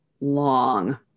long